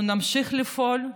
אנחנו נמשיך לפעול.